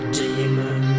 demon